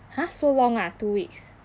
!huh! so long ah two weeks